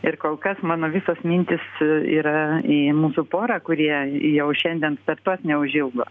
ir kol kas mano visos mintys yra į mūsų porą kurie jau šiandien startuos neužilgo